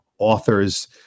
authors